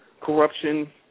corruption